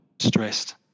stressed